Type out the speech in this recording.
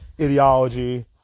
ideology